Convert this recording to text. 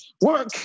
Work